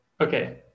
Okay